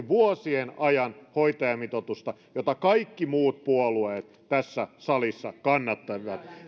vuosien ajan hoitajamitoitusta jota kaikki muut puolueet tässä salissa kannattivat